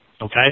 okay